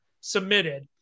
submitted